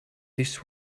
this